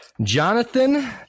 Jonathan